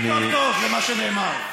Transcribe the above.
אני, את תקשיבי טוב-טוב למה שנאמר.